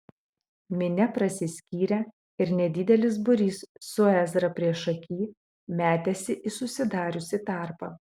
minia prasiskyrė ir nedidelis būrys su ezra priešaky metėsi į susidariusį tarpą